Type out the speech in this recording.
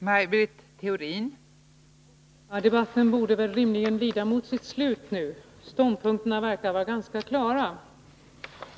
Fru talman! Ja, debatten borde rimligen lida mot sitt slut nu. Ståndpunkterna verkar vara ganska klara.